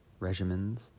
regimens